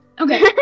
Okay